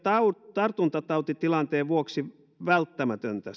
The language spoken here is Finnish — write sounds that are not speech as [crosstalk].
tartuntatautitilanteen vuoksi välttämätöntä [unintelligible]